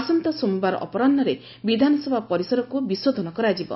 ଆସନ୍ତା ସୋମବାର ଅପରାହୁରେ ବିଧାନସଭା ପରିସରକୁ ବିଶୋଧନ କରାଯିବ